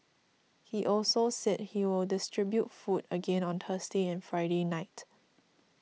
he also said he will distribute food again on Thursday and Friday night